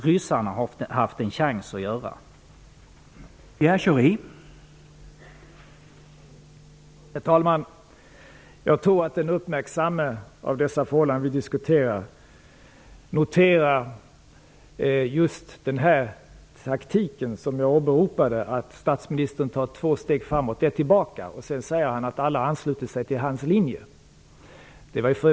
Ryssarna har inte haft en chans att göra sådana erfarenheter.